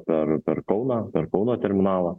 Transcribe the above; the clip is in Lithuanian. per per kauną per kauno terminalą